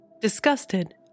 Disgusted